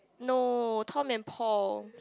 no Tom and Paul